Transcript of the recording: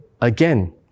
again